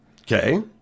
okay